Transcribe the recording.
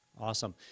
Awesome